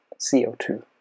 CO2